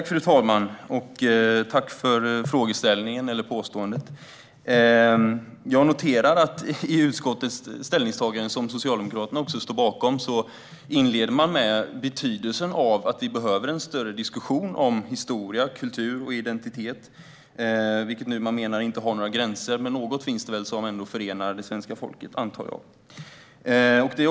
Fru talman! Tack för frågeställningen, eller påståendet! Jag noterar att man i utskottets ställningstagande, som även Socialdemokraterna står bakom, inleder med betydelsen av en större diskussion om historia, kultur och identitet. Marie-Louise Rönnmark menar nu att detta inte har några gränser, men något finns det väl som förenar det svenska folket, antar jag.